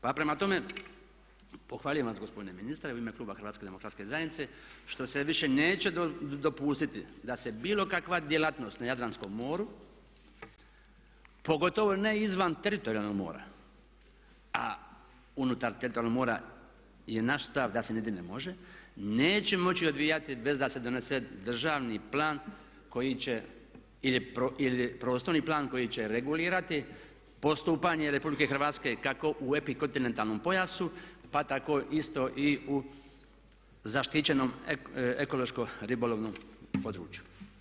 Pa prema tome pohvaljujem vas gospodine ministre u ime kluba HDZ-a što se više neće dopustiti da se bilo kakva djelatnost na Jadranskom moru pogotovo ne izvan teritorijalnog mora, a unutar teritorijalnog mora je naš stav da se jedino i može, neće moći odvijati bez da se donese državni plan koji će ili prostorni plan koji će regulirati postupanje RH kako u epikontinentalnom pojasu pa tako isto i u zaštićenom ekološko-ribolovnom području.